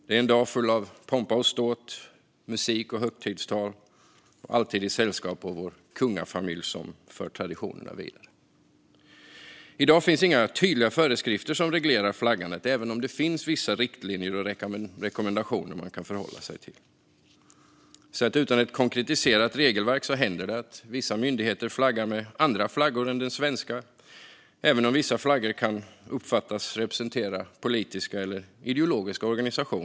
Det är en dag full av pompa och ståt, musik och högtidstal, alltid i sällskap av vår kungafamilj, som för traditionerna vidare. I dag finns inga tydliga föreskrifter som reglerar flaggandet, även om det finns vissa riktlinjer och rekommendationer man kan förhålla sig till. Utan ett konkretiserat regelverk händer det att vissa myndigheter flaggar med andra flaggor än den svenska även om vissa flaggor kan uppfattas representera politiska eller ideologiska organisationer.